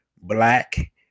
black